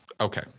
Okay